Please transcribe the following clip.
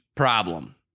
problem